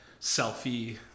selfie-